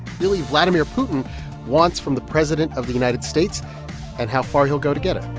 really, vladimir putin wants from the president of the united states and how far he'll go to get it